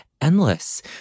endless